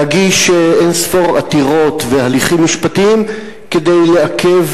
להגיש אין-ספור עתירות והליכים משפטיים כדי לעכב